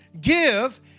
Give